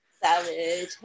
Savage